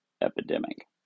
epidemic